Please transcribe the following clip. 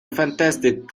fantastic